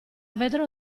vedrò